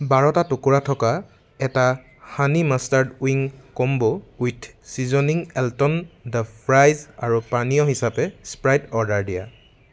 বাৰটা টুকুৰা থকা এটা honey mustard wing combo with seasoning এল্টন দ্যা ফ্ৰাইজ আৰু পানীয় হিচাপে স্প্ৰাইট অৰ্ডাৰ দিয়া